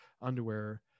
underwear